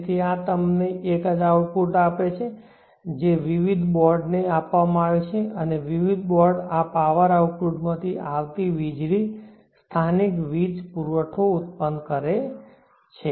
તેથી આ તમને એક જ આઉટપુટ આપે છે જે વિવિધ બોર્ડને આપવામાં આવે છે અને વિવિધ બોર્ડ આ પાવર આઉટપુટમાંથી આવતી વીજળીથી સ્થાનિક વીજ પુરવઠો ઉત્પન્ન કરે છે